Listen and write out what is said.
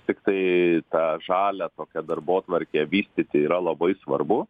tiktai tą žalią tokią darbotvarkę vystyti yra labai svarbu